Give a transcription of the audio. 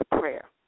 prayer